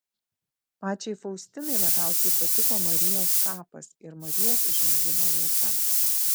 pačiai faustinai labiausiai patiko marijos kapas ir marijos užmigimo vieta